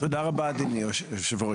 תודה רבה אדוני היושב-ראש,